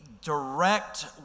direct